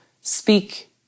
speak